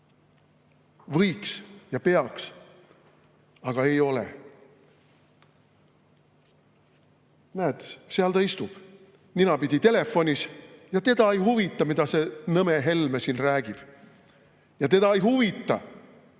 Võiks ja peaks, aga ei ole. Näed, seal ta istub, ninapidi telefonis, ja teda ei huvita, mida see nõme Helme siin räägib. Ja teda ei huvita,